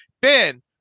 Ben